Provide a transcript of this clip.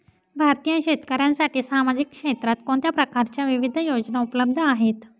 भारतीय शेतकऱ्यांसाठी सामाजिक क्षेत्रात कोणत्या प्रकारच्या विविध योजना उपलब्ध आहेत?